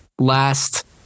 Last